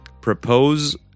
propose